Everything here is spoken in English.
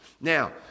Now